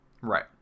Right